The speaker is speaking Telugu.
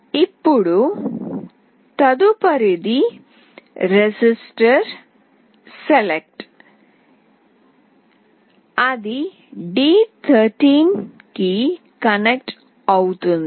ఇప్పుడు తదుపరిది రిజిస్టర్ సెలెక్ట్ అది d13 కి కనెక్ట్ అవుతుంది